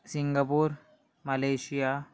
Singapore Malaysia